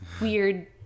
weird